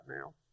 now